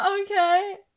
okay